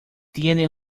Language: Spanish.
tiene